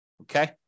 Okay